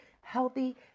healthy